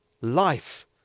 Life